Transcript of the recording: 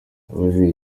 abajijwe